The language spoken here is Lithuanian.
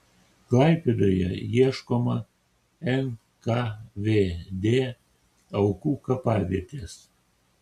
klaipėdoje ieškoma nkvd aukų kapavietės